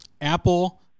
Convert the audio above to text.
apple